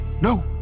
No